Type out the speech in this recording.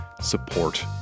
Support